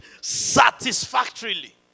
satisfactorily